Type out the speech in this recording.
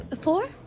Four